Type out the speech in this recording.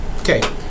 Okay